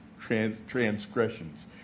transgressions